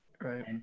right